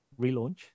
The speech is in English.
relaunch